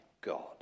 God